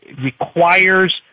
requires